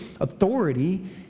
authority